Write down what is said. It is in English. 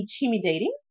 intimidating